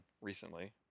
recently